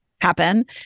happen